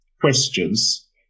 questions